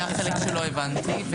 היה חלק שלא הבנתי.